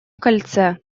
кольце